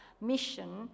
mission